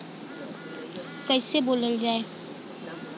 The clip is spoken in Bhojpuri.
कईसे बोवल जाले?